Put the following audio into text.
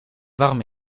warm